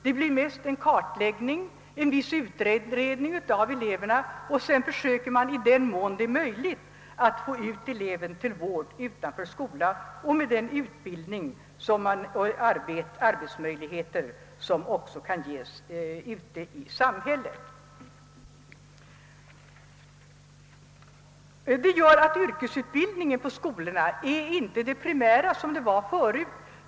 Det blir därför mest fråga om en viss kartläggning av eleverna, och sedan försöker man i den mån det är möjligt att få ut dem till vård utanför skolan med den utbildning och de arbetsmöjligheter som kan ges ute i samhället. Yrkesutbildningen på skolorna är därför inte längre det primära som tidigare var fallet.